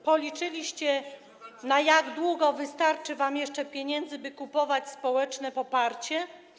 Policzyliście, na jak długo wystarczy wam jeszcze pieniędzy, by kupować społeczne poparcie?